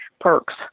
perks